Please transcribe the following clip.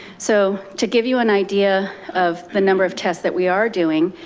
so to give you an idea of the number of tests that we are doing,